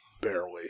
barely